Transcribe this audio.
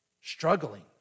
struggling